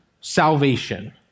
salvation